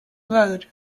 road